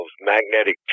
magnetic